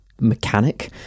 mechanic